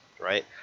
right